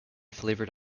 flavoured